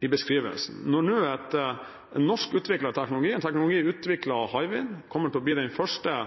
i beskrivelsen. Nå når norskutviklet teknologi, Hywind-prosjektet, som er utviklet av Statoil, kommer til å bli den første